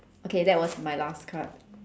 okay that was my last card